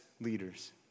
leaders